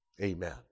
amen